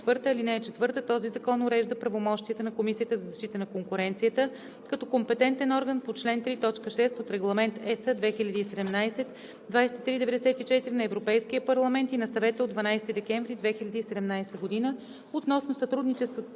2. Създава се ал. 4: „(4) Този закон урежда правомощията на Комисията за защита на конкуренцията като компетентен орган по чл. 3, т. 6 от Регламент (ЕС) 2017/2394 на Европейския парламент и на Съвета от 12 декември 2017 г. относно сътрудничеството